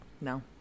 no